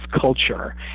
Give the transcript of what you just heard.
culture